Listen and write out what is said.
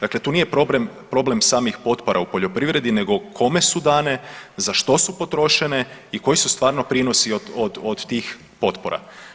Dakle, tu nije problem samih potpora u poljoprivredi nego kome su dane, za što su potrošene i koji su stvarno prinosi od tih potpora.